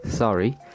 Sorry